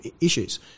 issues